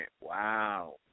wow